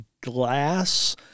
glass